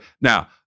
Now